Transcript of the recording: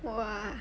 !wah!